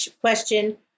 question